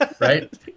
Right